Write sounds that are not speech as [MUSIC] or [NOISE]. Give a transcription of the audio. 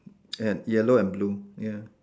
[NOISE] yellow and blue ya